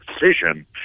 decision